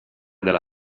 della